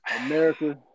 America